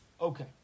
Okay